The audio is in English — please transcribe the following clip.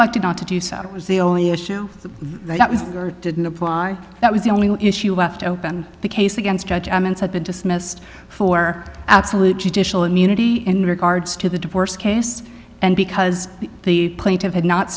liked it not to do so it was the only issue that was or didn't apply that was the only issue left open the case against judge had been dismissed for absolute judicial immunity in regards to the divorce case and because the plaintiff had not